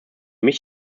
mich